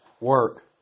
work